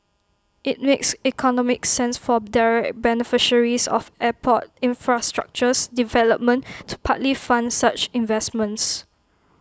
IT makes economic sense for direct beneficiaries of airport infrastructures development to partly fund such investments